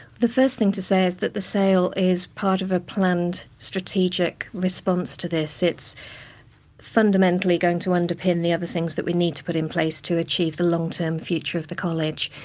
first thing to say is that the sale is part of a planned strategic response to this, it's fundamentally going to underpin the other things that we need to put in place to achieve the long-term future of the college.